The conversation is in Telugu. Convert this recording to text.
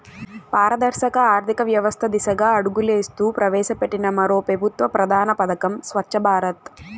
పారదర్శక ఆర్థికవ్యవస్త దిశగా అడుగులేస్తూ ప్రవేశపెట్టిన మరో పెబుత్వ ప్రధాన పదకం స్వచ్ఛ భారత్